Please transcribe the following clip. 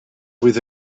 with